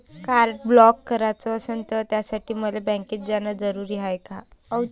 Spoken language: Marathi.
कार्ड ब्लॉक कराच असनं त त्यासाठी मले बँकेत जानं जरुरी हाय का?